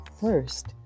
first